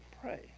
pray